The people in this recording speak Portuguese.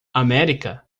américa